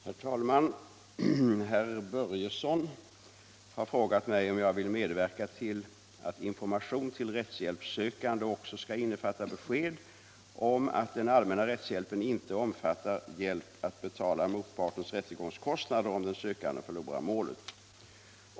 66, och anförde: Om ökad informa Herr talman! Herr Börjesson i Falköping har frågat mig om jag vill — tion till rättshjälpsmedverka till att informationen till rättshjälpssökande också skall in — sökande nefatta besked om att den allmänna rättshjälpen inte omfattar hjälp att betala motpartens rättegångskostnader om den sökande förlorar målet.